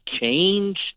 change